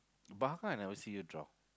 but how come I never see you draw